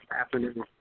afternoon